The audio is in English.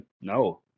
No